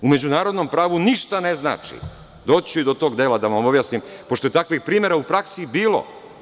U međunarodnom pravu ništa ne znači, doći ću i do tog dela da vam objasnim, pošto je takvih primera u praksi bilo.